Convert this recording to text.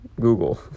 Google